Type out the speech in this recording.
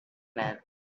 man